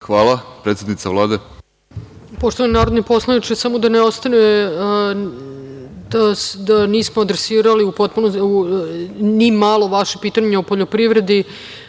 **Ana Brnabić** Poštovani narodni poslaniče, samo da ne ostane da nismo adresirali ni malo vaše pitanje o poljoprivredi.